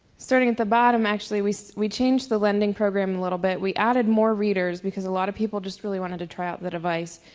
starting at the bottom actually we we changed the lending program a little bit. we added more readers because a lot of people just really wanted to try out the device.